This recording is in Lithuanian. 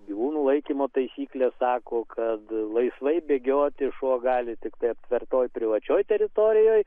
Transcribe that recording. gyvūnų laikymo taisyklės sako kad laisvai bėgioti šuo gali tiktai aptvertoj privačioj teritorijoj